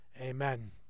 Amen